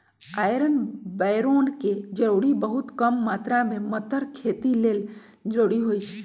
iron boron के जरूरी बहुत कम मात्र में मतर खेती लेल जरूरी होइ छइ